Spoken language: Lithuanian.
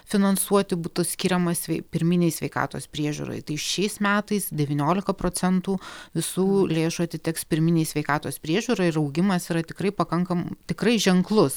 finansuoti būtų skiriama svei pirminei sveikatos priežiūrai tai šiais metais devyniolika procentų visų lėšų atiteks pirminei sveikatos priežiūrai ir augimas yra tikrai pakankam tikrai ženklus